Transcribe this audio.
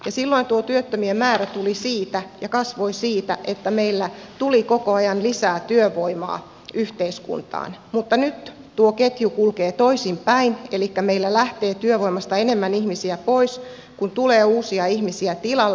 silloin tuo työttömien määrä tuli ja kasvoi siitä että meillä tuli koko ajan lisää työvoimaa yhteiskuntaan mutta nyt tuo ketju kulkee toisinpäin elikkä meillä lähtee työvoimasta enemmän ihmisiä pois kuin tulee uusia ihmisiä tilalle